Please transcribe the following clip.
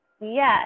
Yes